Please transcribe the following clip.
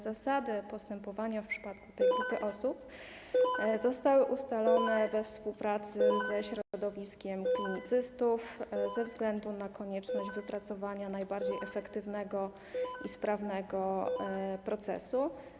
Zasady postępowania w przypadku tej grupy osób zostały ustalone we współpracy ze środowiskiem klinicystów ze względu na konieczność wypracowania najbardziej efektywnego i sprawnego procesu.